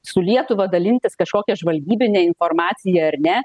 su lietuva dalintis kažkokia žvalgybine informacija ar ne